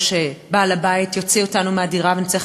או שבעל-הבית יוציא אותנו מהדירה ונצטרך